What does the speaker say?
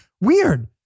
Weird